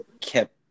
kept